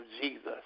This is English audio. Jesus